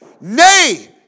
Nay